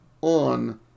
on